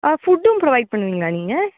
ஃபுட்டும் ப்ரொவைட் பண்ணுவீங்களா நீங்கள்